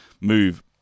move